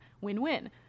win-win